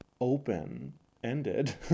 open-ended